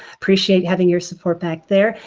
appreciate having your support back there.